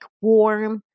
warm